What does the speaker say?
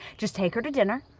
just take her to dinner,